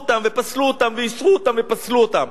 אותם ופסלו אותם ואישרו אותם ופסלו אותם?